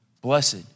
Blessed